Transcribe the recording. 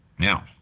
Now